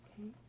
Okay